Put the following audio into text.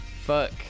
fuck